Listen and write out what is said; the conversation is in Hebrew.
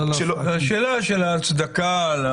שאלת ההצדקה.